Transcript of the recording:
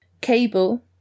Cable